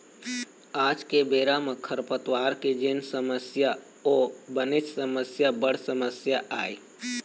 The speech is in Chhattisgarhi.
आज के बेरा म खरपतवार के जेन समस्या ओहा बनेच बड़ समस्या आय